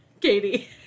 Katie